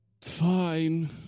fine